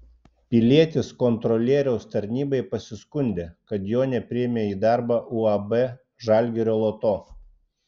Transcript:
pilietis kontrolieriaus tarnybai pasiskundė kad jo nepriėmė į darbą uab žalgirio loto